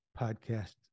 podcast